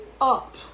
up